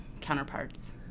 counterparts